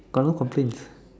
got no complaints